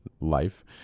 life